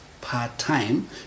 part-time